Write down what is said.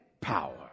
power